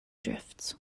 drifts